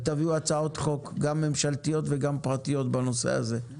ותביאו הצעות חוק גם ממשלתיות וגם פרטיות בנושא הזה.